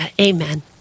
Amen